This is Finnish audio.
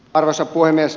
arvoisa puhemies